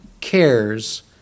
cares